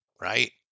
right